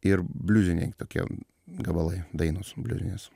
ir bliuziniai tokie gabalai dainos bliuzinės